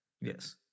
yes